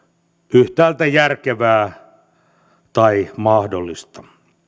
yhtäältä järkevää tai mahdollista